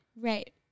Right